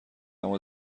اما